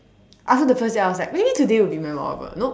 after the first day I was like maybe today will be memorable nope